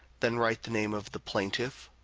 then write the name of the plaintiff,